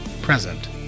present